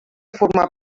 formar